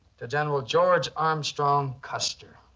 to general george armstrong custer.